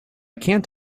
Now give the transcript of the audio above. can’t